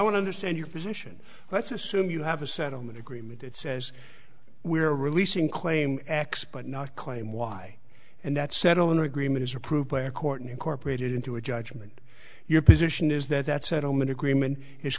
to understand your position let's assume you have a settlement agreement that says we're releasing claim x but not claim y and that settlement agreement is approved by a court and incorporated into a judgment your position is that that settlement agreement is